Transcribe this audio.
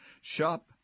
shop